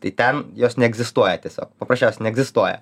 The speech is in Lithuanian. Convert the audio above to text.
tai ten jos neegzistuoja tiesiog paprasčiausiai neegzistuoja